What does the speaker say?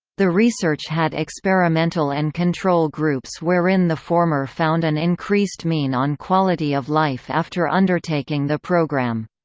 the research had experimental and control groups wherein the former found an increased mean on quality of life after undertaking the program.